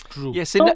Yes